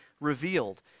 revealed